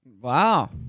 wow